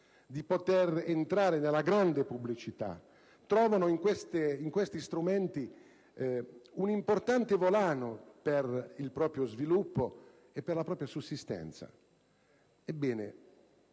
di poter entrare nella grande pubblicità, trovano in questi strumenti un importante volano per il proprio sviluppo e la propria sussistenza. Ebbene,